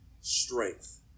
strength